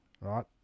right